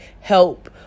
help